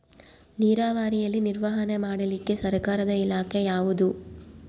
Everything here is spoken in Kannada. ನೇರಾವರಿಯಲ್ಲಿ ನಿರ್ವಹಣೆ ಮಾಡಲಿಕ್ಕೆ ಸರ್ಕಾರದ ಇಲಾಖೆ ಯಾವುದು?